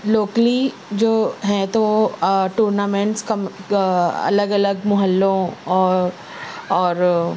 locally جو ہیں تو ٹورنامنٹس کا الگ الگ محلوں اور اور